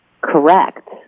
correct